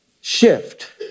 shift